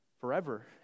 forever